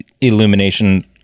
Illumination